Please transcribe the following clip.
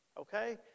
Okay